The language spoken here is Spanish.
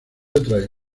otras